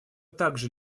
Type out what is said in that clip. также